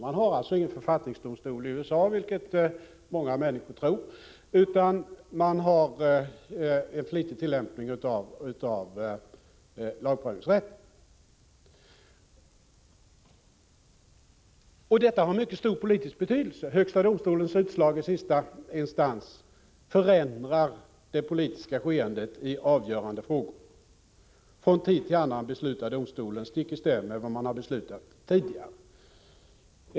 Man har alltså inte någon författningsdomstol i USA, vilket många människor tror, utan man tillämpar lagprövningsrätten flitigt. Detta har mycket stor politisk betydelse. Högsta domstolens utslag i sista instans förändrar det politiska skeendet i avgörande frågor. Från tid till annan beslutar domstolen stick i stäv mot vad man har beslutat tidigare.